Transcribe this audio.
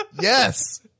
yes